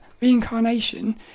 reincarnation